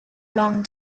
long